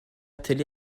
télé